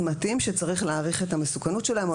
צמתים שצריך להעריך את המסוכנות שלהם או